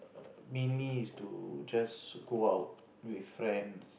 mainly is to just go out with friends